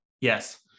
yes